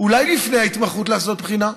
אולי לפני ההתמחות לעשות בחינה?